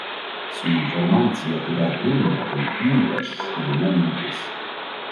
su informacija kurią turime tai ypač šūdina mintis